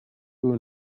who